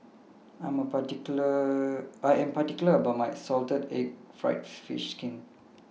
I Am particular about My Salted Egg Fried Fish Skin